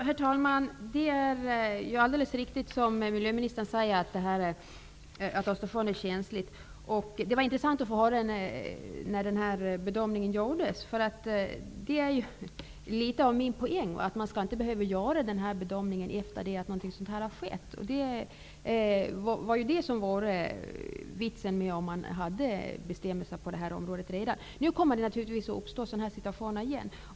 Herr talman! Det är alldeles riktigt, som miljöministern säger, att Östersjön är känslig. Det var intressant att få höra när bedömningen gjordes. Det är litet av min poäng att man inte skall behöva göra bedömningen efter det att någonting sådant här har skett. Det var ju det som var vitsen med att ha bestämmelser på det här området. Nu kommer det naturligtvis att uppstå sådana här situationer igen.